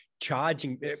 charging